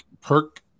Perk